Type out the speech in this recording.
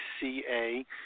.ca